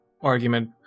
argument